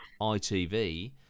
ITV